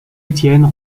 étienne